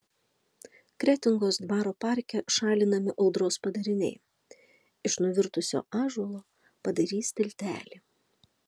kretingos dvaro parke šalinami audros padariniai iš nuvirtusio ąžuolo padarys tiltelį